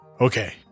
Okay